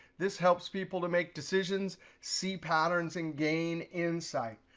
this helps people to make decisions, see patterns, and gain insight.